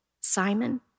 Simon